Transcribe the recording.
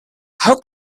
how